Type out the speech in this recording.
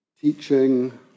teaching